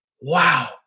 wow